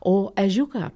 o ežiuką